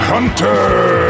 Hunter